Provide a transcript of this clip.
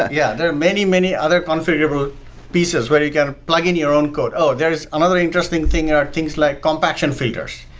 yeah, there are many, many other configurable pieces where you can plug in your own code. oh! there is another interesting thing, and things like compaction figures.